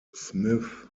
smith